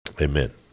Amen